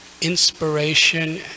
inspiration